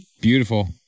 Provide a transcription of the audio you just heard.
Beautiful